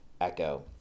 echo